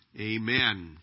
Amen